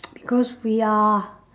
because we are